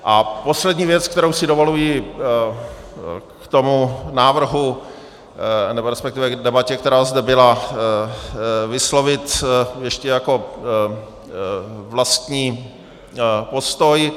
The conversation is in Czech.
A poslední věc, kterou si dovoluji k tomu návrhu, resp. k debatě, která zde byla, vyslovit ještě jako vlastní postoj.